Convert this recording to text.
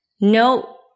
No